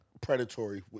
predatory